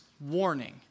warning